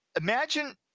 imagine